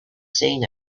seen